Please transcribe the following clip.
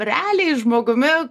realiai žmogumi